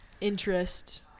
interest